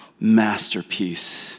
masterpiece